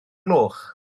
gloch